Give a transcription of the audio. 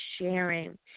sharing